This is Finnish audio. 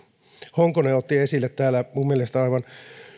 honkonen otti esille täällä mielestäni aivan